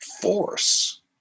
force